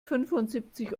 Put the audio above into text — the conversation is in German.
fünfundsiebzig